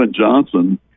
Johnson